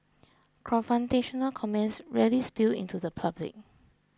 confrontational comments rarely spill into the public